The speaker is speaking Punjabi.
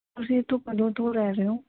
ਤੁਸੀਂ ਇੱਥੇ ਕਦੋਂ ਤੋਂ ਰਹਿ ਰਹੇ ਹੋ